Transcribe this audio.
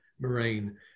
Moraine